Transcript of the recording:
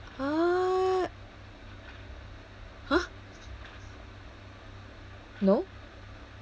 what !huh! no